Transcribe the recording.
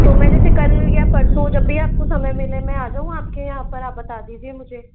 तो मेरे से कल या परसों जब भी आपको समय मिले मैं आ जाऊं आपके यहाँ पर आप बता दीजिये मुझे